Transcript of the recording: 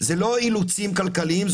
אלו לא אילוצים כלכליים,